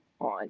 on